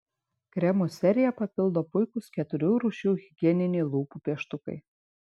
kremų seriją papildo puikūs keturių rūšių higieniniai lūpų pieštukai